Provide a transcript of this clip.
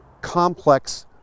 complex